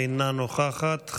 אינה נוכחת,